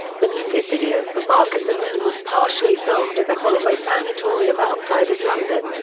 the music video for bark at the moon was partially filmed at the holloway sanitorium outside of london,